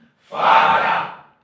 Father